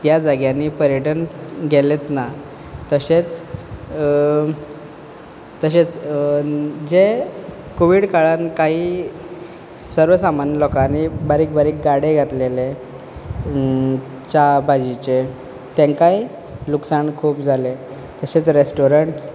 त्या जाग्यांनी पर्यटन गेलेंत ना तशेंच तशेंच जे कोवीड काळान काही सर्वसामान्य लोकांनी बारीक बारीक गाडे घातलेले च्या बाजीचे तांकांय लुकसाण खूब जालें तशेंच रेस्टोरंट्स